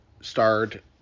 starred